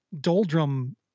doldrum